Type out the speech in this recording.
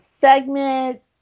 segment